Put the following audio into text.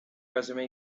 resume